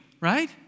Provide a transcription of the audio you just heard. right